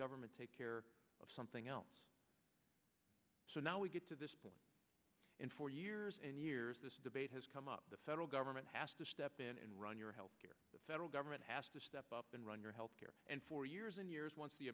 government take care of something else so now we get to this point in four years and years this debate has come up the federal government has to step in and run your health care the federal government has to step up and run your health care and for years and years once the